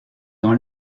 dans